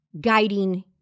guiding